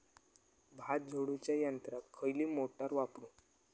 भात झोडूच्या यंत्राक खयली मोटार वापरू?